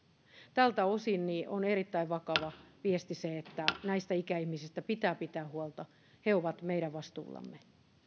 tältä osin on erittäin vakava viesti se että näistä ikäihmisistä pitää pitää huolta he ovat meidän vastuullamme